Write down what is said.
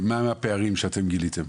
הפערים שאתם גיליתם,